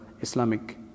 Islamic